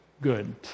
good